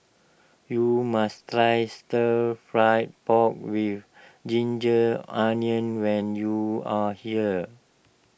you must try Stir Fried Pork with Ginger Onions when you are here